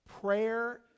prayer